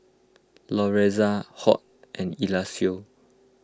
Lorenza Hoyt and Eliseo